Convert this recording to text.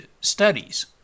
studies